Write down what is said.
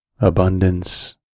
abundance